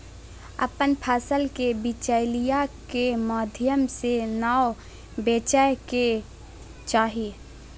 अपन फसल के बिचौलिया के माध्यम से नै बेचय के चाही